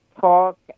talk